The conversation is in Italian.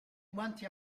guanti